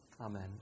Amen